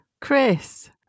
Chris